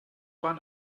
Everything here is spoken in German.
waren